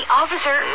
officer